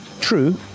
True